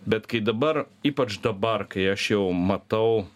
bet kai dabar ypač dabar kai aš jau matau